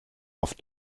auf